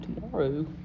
tomorrow